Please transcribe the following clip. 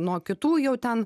nuo kitų jau ten